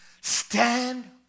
Stand